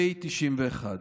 פ/91/25.